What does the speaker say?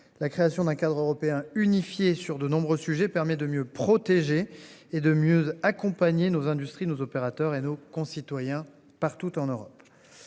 La création d'un cadre européen unifié sur de nombreux sujets permet de mieux protéger et de mieux accompagner nos industries, nos opérateurs et nos concitoyens partout en Europe.